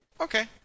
Okay